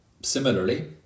Similarly